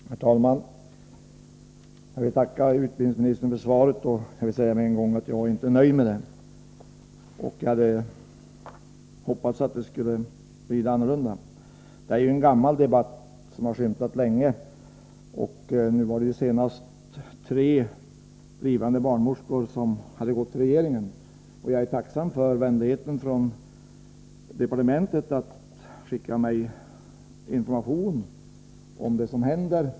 Herr talman! Jag tackar utbildningsministern för svaret på min interpellation. Med en gång vill jag säga att jag inte är nöjd med det. Jag hade hoppats att det skulle bli annorlunda. Det här är ju en gammal fråga. Debatten har skymtat länge. Senast gällde det tre blivande barnmorskor som gick till regeringen. Jag är tacksam för att man från departementet haft vänligheten att skicka mig information om det som händer.